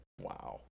Wow